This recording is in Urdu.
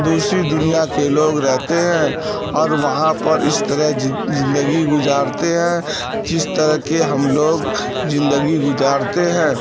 دوسری دنیا کے لوگ رہتے ہیں اور وہاں پر اس طرح زندگی گزارتے ہیں جس طرح کے ہم لوگ زندگی گزارتے ہیں